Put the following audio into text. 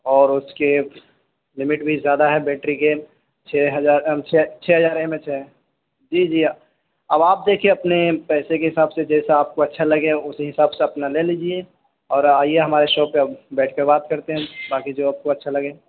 اور اس کے لمٹ بھی زیادہ ہے بیٹری کے چھ ہزار ایم ایچ ہے چھ ہزار ایم ایچ ہے جی جی اب آپ دیکھیے اپنے پیسے کہ حساب سے جیسا آپ کو اچھا لگے اسی حساب سے اپنا لے لیجیے اور آئیے ہمارے شاپ پہ بیٹھ کے بات کرتے ہیں باقی جو آپ کو اچھا لگے